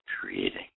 creating